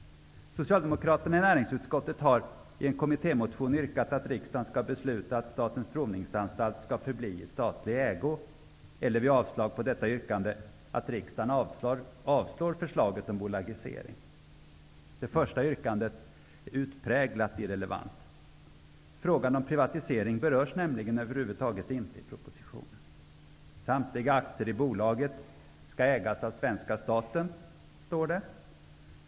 Socialdemokraterna i näringsutskottet har i en kommittémotion yrkat att riksdagen skall besluta att Statens provningsanstalt skall förbli i statlig ägo, eller vid avslag på detta yrkande, att riksdagen avslår förslaget om bolagisering. Det första yrkandet är utpräglat irrelevant. Frågan om privatisering berörs nämligen över huvud taget inte i propositionen. Samtliga aktier i bolaget skall ägas av svenska staten, står det.